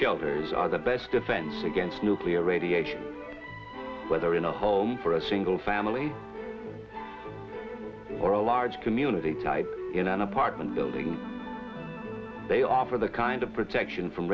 shelters are the best defense against nuclear radiation whether in a home for a single family or a large community type in an apartment building they offer the kind of protection from